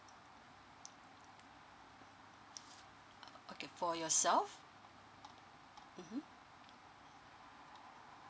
okay for yourself mmhmm